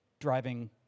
driving